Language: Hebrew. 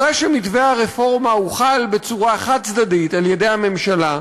אחרי שמתווה הרפורמה הוחל בצורה חד-צדדית על-ידי הממשלה,